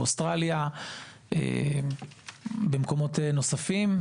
באוסטרליה ובמקומות נוספים,